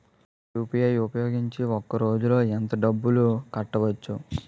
UPI ఉపయోగించి ఒక రోజులో ఎంత డబ్బులు కట్టవచ్చు?